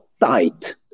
tight